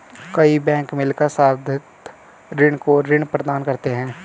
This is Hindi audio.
कई बैंक मिलकर संवर्धित ऋणी को ऋण प्रदान करते हैं